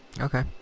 Okay